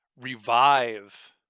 revive